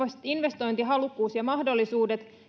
investointihalukkuus ja mahdollisuudet